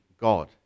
God